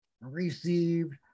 received